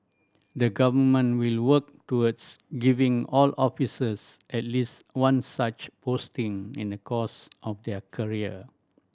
the Government will work towards giving all officers at least one such posting in the course of their career